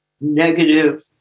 negative